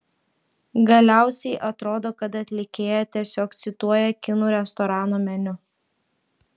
galiausiai atrodo kad atlikėja tiesiog cituoja kinų restorano meniu